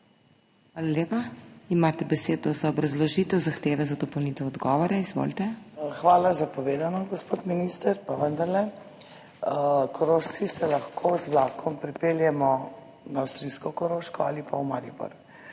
Hvala lepa. Imate besedo za obrazložitev zahteve za dopolnitev odgovora. Izvolite. **ALENKA HELBL (PS SDS):** Hvala za povedano, gospod minister. Pa vendarle, Korošci se lahko z vlakom pripeljemo na avstrijsko Koroško ali v Maribor.